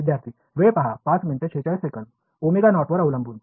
विद्यार्थी ओमेगा नॉट वर अवलंबून